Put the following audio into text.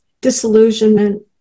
disillusionment